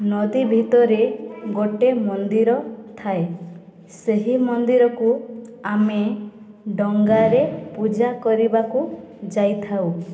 ନଦୀ ଭିତରେ ଗୋଟିଏ ମନ୍ଦିର ଥାଏ ସେହି ମନ୍ଦିରକୁ ଆମେ ଡଙ୍ଗାରେ ପୂଜା କରିବାକୁ ଯାଇଥାଉ